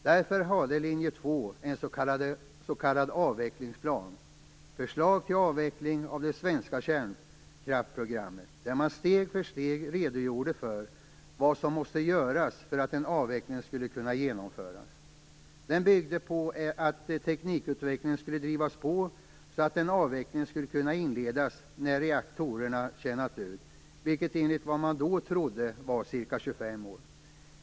Därför hade linje 2 en s.k. avvecklingsplan, Förslag till avveckling av det svenska kärnkraftsprogrammet, där man steg för steg redogjorde för vad som måste göras för att en avveckling skulle kunna genomföras. Den byggde på att teknikutvecklingen skulle drivas på så att en avveckling kunde inledas när reaktorerna tjänat ut, vilket enligt vad man då trodde var ca 25 år.